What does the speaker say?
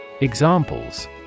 Examples